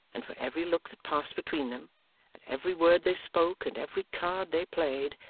and for every look that passed between them, and every word they spoke, and every card they played,